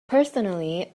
personally